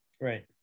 Right